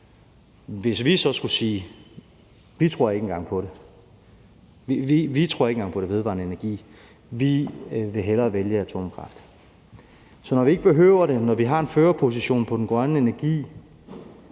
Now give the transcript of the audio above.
tror på det, at vi ikke engang tror på vedvarende energi, og at vi hellere vil vælge atomkraft. Så når vi ikke behøver det; når vi har en førerposition inden for grøn energi,